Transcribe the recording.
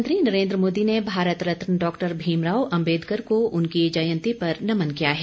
प्रधानमंत्री नरेन्द्र मोदी ने भारत रत्न डॉक्टर भीमराव अम्बेदकर को उनकी जयंती पर नमन किया है